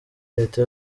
leta